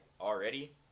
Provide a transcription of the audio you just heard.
already